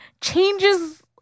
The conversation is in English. changes